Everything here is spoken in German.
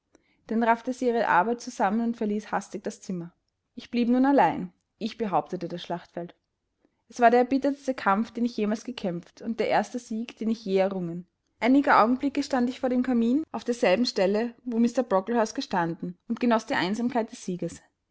dann raffte sie ihre arbeit zusammen und verließ hastig das zimmer ich blieb nun allein ich behauptete das schlachtfeld es war der erbittertste kampf den ich jemals gekämpft und der erste sieg den ich je errungen einige augenblicke stand ich vor dem kamin auf derselben stelle wo mr brocklehurst gestanden und genoß die einsamkeit des sieges